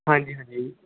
ਹਾਂਜੀ ਹਾਂਜੀ